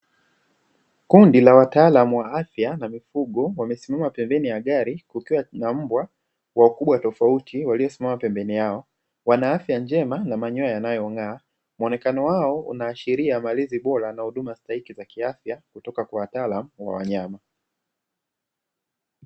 Kundi la wataalamu wa afya na mifugo wamesimama pembeni ya gari, kukiwa na mbwa wakubwa tofauti waliosimama pembeni yao. Wana afya njema na manyoya yanayong'aa, muonekano wao unaashiria malezi na huduma bora na stahiki za kiafya kutoka kwa wataalamu wa wanyama.